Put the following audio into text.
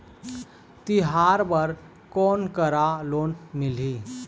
तिहार बर कोन करा लोन मिलही?